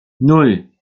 nan